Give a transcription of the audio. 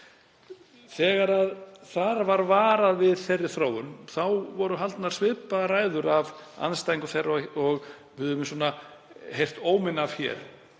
Þegar þar var varað við þessari þróun voru haldnar svipaðar ræður af andstæðingum þeirra og við höfum heyrt óminn af hér.